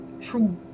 true